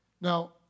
Now